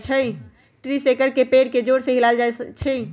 tree shaker से पेड़ के जोर से हिलाएल जाई छई